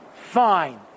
Fine